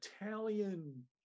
Italian